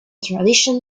tradition